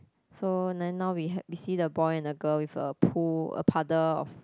so then now we ha~ we see a boy and a girl with a pool a puddle of